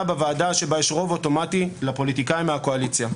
בוועדה שבה יש רוב אוטומטי לפוליטיקאים מהקואליציה.